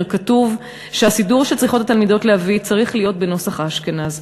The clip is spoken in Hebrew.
כתוב שהסידור שצריכות התלמידות להביא צריך להיות בנוסח אשכנז.